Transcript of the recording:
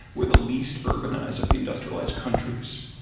we're the least urbanized of the industrialized countries.